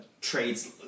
trades